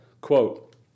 Quote